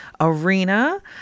arena